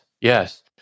Yes